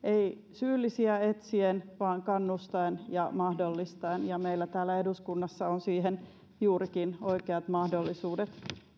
syyllisiä etsien vaan kannustaen ja mahdollistaen ja meillä täällä eduskunnassa on siihen juurikin oikeat mahdollisuudet